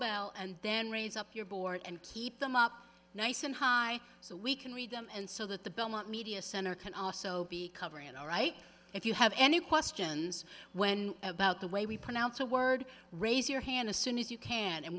bell and then raise up your board and keep them up nice and high so we can read them and so that the belmont media center can also be covering it all right if you have any questions when about the way we pronounce a word raise your hand as soon as you can